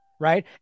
Right